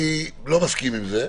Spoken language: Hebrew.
אני לא מסכים עם זה,